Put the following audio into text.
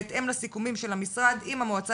בהתאם לסיכומים של המשרד עם המועצה